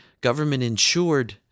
government-insured